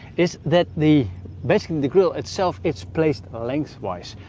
is that the basically the grill itself it's placed lengthwise.